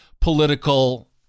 political